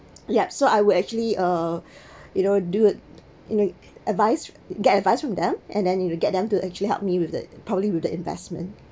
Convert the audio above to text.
yup so I will actually uh you know do it in advice get advice from them and then you get them to actually help me with the probably with the investment